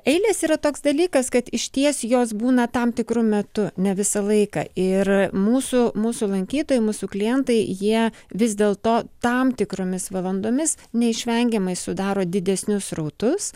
eilės yra toks dalykas kad išties jos būna tam tikru metu ne visą laiką ir mūsų mūsų lankytojų mūsų klientai jie vis dėl to tam tikromis valandomis neišvengiamai sudaro didesnius srautus